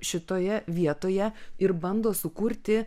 šitoje vietoje ir bando sukurti